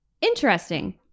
Interesting